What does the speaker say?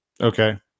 Okay